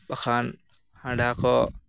ᱵᱟᱠᱷᱟᱱ ᱦᱟᱱᱰᱷᱟ ᱠᱚ